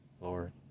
Lord